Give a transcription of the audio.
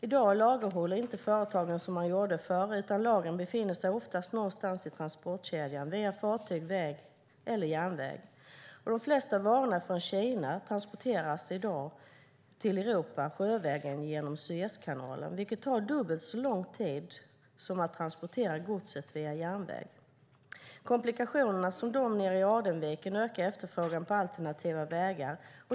I dag lagerhåller inte företagen som de gjorde förr, utan lagren befinner sig oftast någonstans i transportkedjan: på fartyg, väg eller järnväg. De flesta varor från Kina transporteras i dag sjövägen till Europa genom Suezkanalen, vilket tar dubbelt så lång tid som att transportera godset via järnväg. Komplikationer som de i Adenviken ökar efterfrågan på alternativa vägar.